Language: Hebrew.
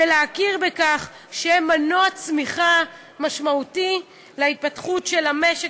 ולהכיר בכך שהם מנוע צמיחה משמעותי להתפתחות של המשק,